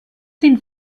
sind